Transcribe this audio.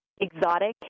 exotic